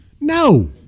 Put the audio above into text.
No